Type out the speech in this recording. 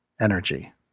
energy